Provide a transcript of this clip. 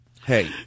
Hey